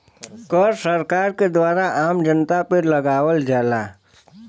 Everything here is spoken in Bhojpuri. कर सरकार के द्वारा आम जनता पे लगावल जाला